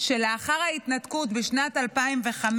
שלאחר ההתנתקות בשנת 2005,